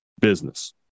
business